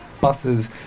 buses